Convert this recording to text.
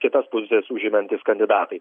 kitas pozicijas užimantys kandidatai